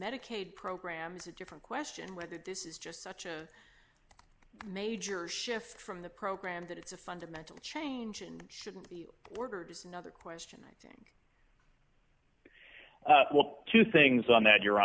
medicaid programs a different question whether this is just such a major shift from the program that it's a fundamental change and shouldn't be ordered is another question i think what two things on that you